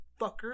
fucker